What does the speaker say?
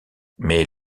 mais